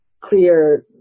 clear